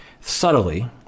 subtly